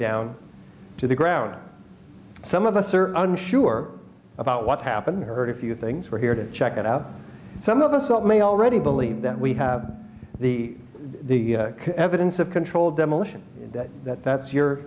down to the ground some of us are unsure about what happened heard a few things we're here to check it out some of us that may already believe that we have the evidence of controlled demolition that that's your